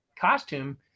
costume